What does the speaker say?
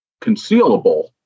concealable